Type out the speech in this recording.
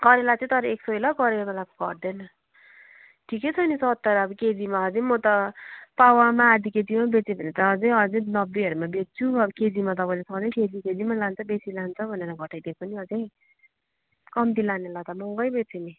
करेला चाहिँ तर एक सयै ल करेलाको त घट्दैन ठिकै छ नि सत्तरी अब केजीमा अझै म त पावामा आधी केजीमा बेचेँ भने त अझै अझै नब्बेहरूमा बेच्छु अब केजी तपाईँले सधैँ केजी केजीमा लान्छ बेसी लान्छ भनेर घटाइदिएको नि अझै कम्ती लानेलाई त महँगै बेच्छु नि